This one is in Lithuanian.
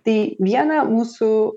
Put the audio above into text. tai viena mūsų